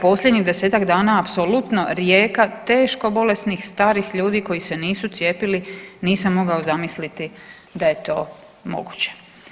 Posljednjih 10-tak dana apsolutno rijeka teško bolesnih starih ljudi koji se nisu cijepili nisam mogao zamisliti da je to moguće.